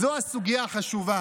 זו הסוגיה החשובה.